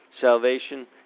salvation